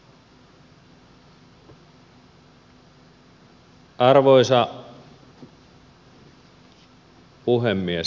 arvoisa puhemies